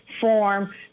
form